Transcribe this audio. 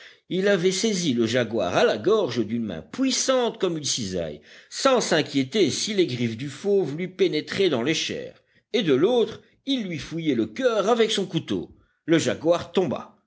il avait saisi le jaguar à la gorge d'une main puissante comme une cisaille sans s'inquiéter si les griffes du fauve lui pénétraient dans les chairs et de l'autre il lui fouillait le coeur avec son couteau le jaguar tomba